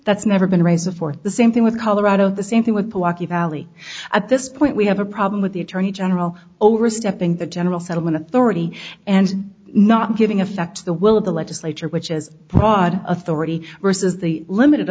that's never been raised for the same thing with colorado the same thing with joaquin valley at this point we have a problem with the attorney general overstepping the general settlement authority and not giving effect to the will of the legislature which has broad authority versus the limited